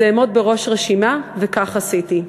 אז אעמוד בראש רשימה, וכך עשיתי.